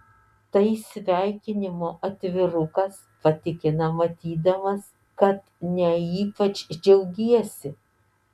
tai sveikinimo atvirukas patikina matydamas kad ne ypač džiaugiesi